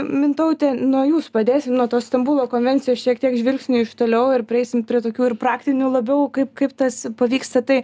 mintaute nuo jūs padėsim nuo to stambulo konvencijos šiek tiek žvilgsnių iš toliau ir praeisim prie tokių ir praktinių labiau kaip kaip tas pavyksta tai